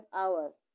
hours